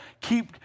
keep